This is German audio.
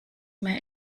mehr